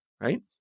right